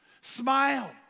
smile